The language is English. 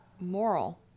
Moral